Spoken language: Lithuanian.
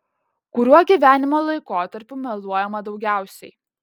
kuriuo gyvenimo laikotarpiu meluojama daugiausiai